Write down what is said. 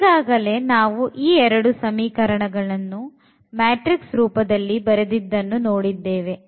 ಈಗಾಗಲೇ ನಾವು ಈ 2 ಸಮೀಕರಣಗಳನ್ನು ಮ್ಯಾಟ್ರಿಕ್ಸ್ ರೂಪದಲ್ಲಿ ಬರೆದಿದ್ದನ್ನು ನೋಡಿದ್ದೇವೆ